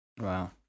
Wow